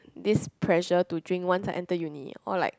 this pressure to drink once I enter uni or like